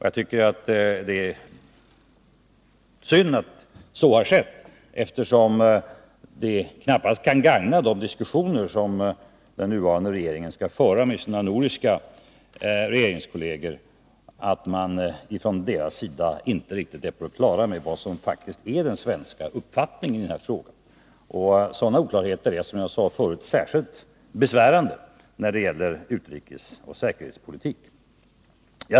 Jag tycker att det är synd att så har skett. Det kan knappast gagna de diskussioner som den nuvarande regeringen skall föra med de andra nordiska regeringarna, om dessa inte riktigt är på det klara med vad som faktiskt är den svenska uppfattningen i denna fråga. Sådana oklarheter är, som jag sade förut, särskilt besvärande när det gäller utrikesoch säkerhetspolitik.